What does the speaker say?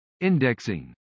Indexing